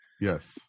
Yes